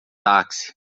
táxi